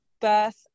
birth